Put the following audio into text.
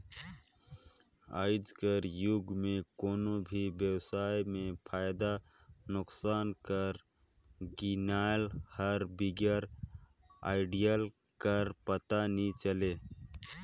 आएज कर जुग में कोनो भी बेवसाय में फयदा नोसकान कर गियान हर बिगर आडिट कर पता नी चले